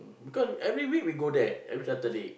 because every week we got there every Saturday